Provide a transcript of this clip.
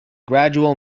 gradual